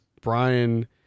Brian